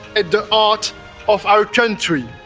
at the ah heart of our country,